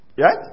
Right